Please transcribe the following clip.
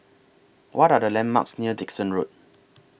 What Are The landmarks near Dickson Road